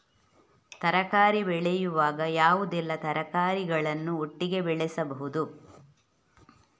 ತರಕಾರಿ ಬೆಳೆಯುವಾಗ ಯಾವುದೆಲ್ಲ ತರಕಾರಿಗಳನ್ನು ಒಟ್ಟಿಗೆ ಬೆಳೆಸಬಹುದು?